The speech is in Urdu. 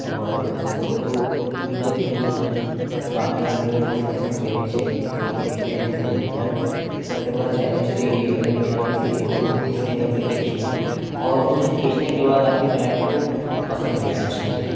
اور فوٹو بھی جب کھیچ لیں تو سامنے والے کو وہ چیز پسند بھی آنی چاہیے صرف فوٹو کھیچنا ہی مقصد نہیں ہوتا ہے سب سے بڑا چیلینج تو یہی ہوتا ہے کہ آپ کسی فوٹو کو کس اینگل سے کھیچ رہے ہیں اور وہ صرف کھیچنے کے بعد آپ کے کلائنٹ کو پسند بھی آنا چاہیے